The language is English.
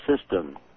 system